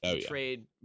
trade